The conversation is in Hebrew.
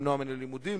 למנוע ממנו לימודים,